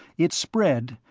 it spread,